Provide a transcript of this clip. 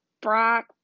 Brock